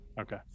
Okay